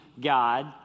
God